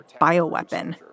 bioweapon